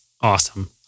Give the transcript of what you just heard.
Awesome